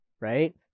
right